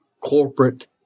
corporate